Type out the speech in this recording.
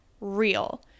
real